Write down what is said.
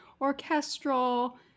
orchestral